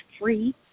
free